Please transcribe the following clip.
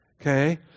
Okay